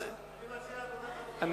אני